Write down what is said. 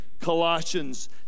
Colossians